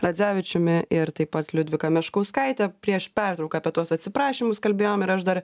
radzevičiumi ir taip pat liudvika meškauskaite prieš pertrauką apie tuos atsiprašymus kalbėjom ir aš dar